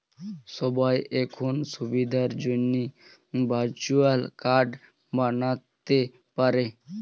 সবাই এখন সুবিধার জন্যে ভার্চুয়াল কার্ড বানাতে পারে